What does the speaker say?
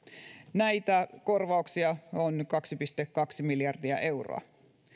näitä korvauksia on kaksi pilkku kaksi miljardia euroa